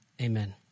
Amen